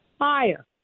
higher